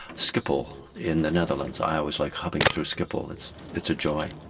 schiphol in the netherlands, i always like hubbing through schiphol, it's it's a joy.